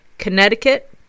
connecticut